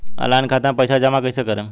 Online खाता मे पईसा जमा कइसे करेम?